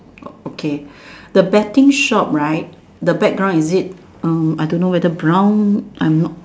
okay the betting shop right the background is it um I don't know whether brown I'm not